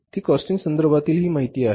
ती कॉस्टिंग संदर्भातील हि माहिती आहे